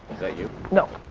that you? no.